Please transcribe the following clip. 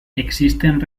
existen